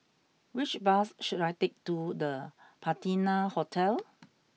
which bus should I take to the Patina Hotel